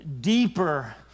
deeper